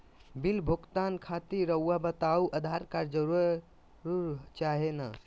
Bill भुगतान खातिर रहुआ बताइं आधार कार्ड जरूर चाहे ना?